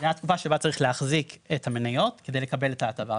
זה התקופה שבה צריך להחזיק את המניות כדי לקבל את ההטבה,